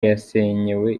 yasenyewe